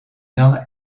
nord